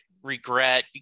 Regret